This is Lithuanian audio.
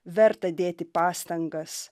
verta dėti pastangas